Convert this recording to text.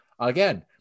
Again